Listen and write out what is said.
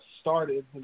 started